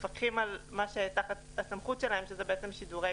מפקחים על מה שתחת הסמכות שלהם שזה בעצם שידורי